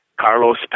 Carlos